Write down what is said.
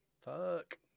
Fuck